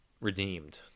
redeemed